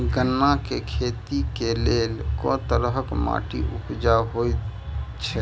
गन्ना केँ खेती केँ लेल केँ तरहक माटि उपजाउ होइ छै?